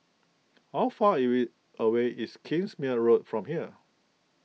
how far away is Kingsmead Road from here